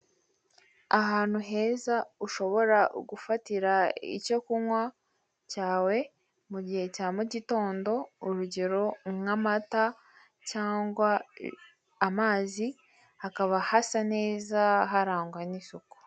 Ahantu heza ushobora gufatira icyo kunywa cyawe mu gihe cya mugitondo urugero nk'amata cyangwa amazi hakaba hasa neza harangwa n'isuku.